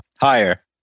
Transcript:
Higher